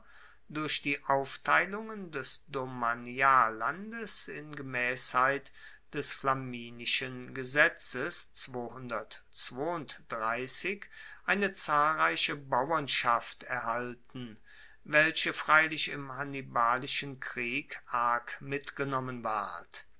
durch die aufteilungen des domaniallandes in gemaessheit des flaminischen gesetzes eine zahlreiche bauernschaft erhalten welche freilich im hannibalischen krieg arg mitgenommen ward